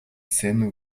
ценную